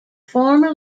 former